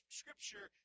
scripture